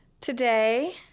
today